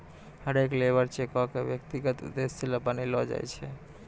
हरेक लेबर चेको क व्यक्तिगत उद्देश्य ल बनैलो जाय छै